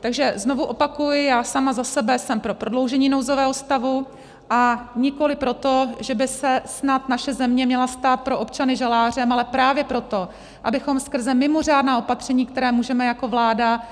Takže znovu opakuji, já sama za sebe jsem pro prodloužení nouzového stavu, a nikoli pro to, že by se snad naše země měla stát pro občany žalářem, ale právě proto, abychom skrze mimořádná opatření, která můžeme jako vláda